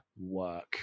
work